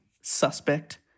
suspect